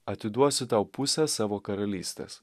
atiduosiu tau pusę savo karalystės